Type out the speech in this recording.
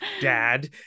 dad